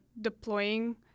deploying